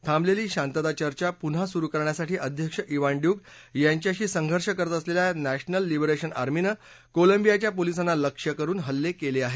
थांबलेली शांतीचर्चा पुन्हा सुरु करण्यासाठी अध्यक्ष इवान डयूक यांच्याशी संघर्ष करत असलेल्या नॅशनल लिबरेशन आर्मीनं कोलंबियाच्या पोलिसांना लक्ष्य करुन हल्ले केले आहेत